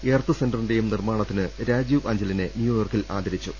എർത്ത്സെൻറിന്റെയും നിർമ്മാണത്തിന് രാജീവ് അഞ്ചലിനെ ന്യൂയോർക്കിൽ ആദരിച്ചു